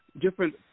different